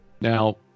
Now